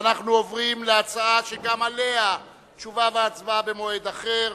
אנחנו עוברים להצעה שגם עליה תשובה והצבעה במועד אחר,